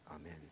Amen